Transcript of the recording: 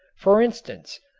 for instance,